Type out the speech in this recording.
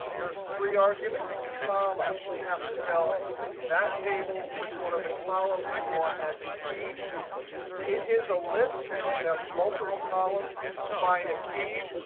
there's three arguments comma. we have to tell that table which one of the columns we want as a key. it is a list because you can have multiple columns to define a key.